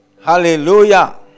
hallelujah